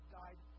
died